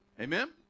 Amen